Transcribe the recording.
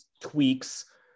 tweaks